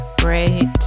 Great